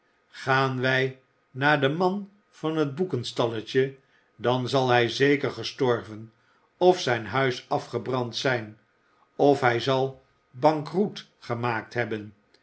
gaan wij naar den man van het boekenstalletje dan zal hij zeker gestorven of zijn huis afgebrand zijn of hij zal bankroet gemaakt hebben